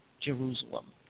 Jerusalem